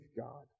God